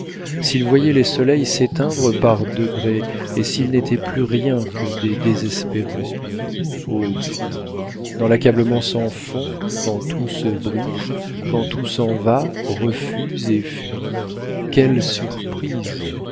s'ils voyaient les soleils s'éteindre par degrés et s'ils n'étaient plus rien que des désespérés oh dans l'accablement sans fond quand tout se brise quand tout s'en va refuse et fuit quelle surprise